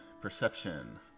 perception